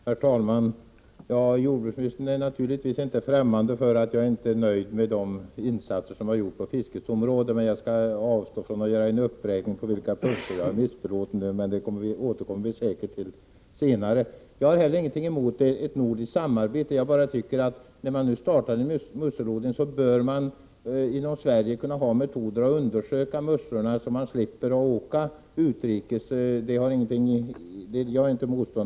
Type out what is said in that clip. Herr talman! Jordbruksministern är naturligtvis inte främmande för att jag inte är nöjd med de insatser som har gjorts på fiskets område. Jag skall dock avstå från att göra en uppräkning av på vilka punkter jag är missnöjd — det återkommer vi säkert till senare. Jag har ingenting emot ett nordiskt samarbete. Jag tycker bara att när man nu har startat med musselodling, bör man inom Sverige ha metoder att undersöka musslorna, så att man slipper åka utrikes.